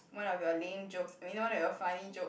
one of your lame jokes I mean one of your funny joke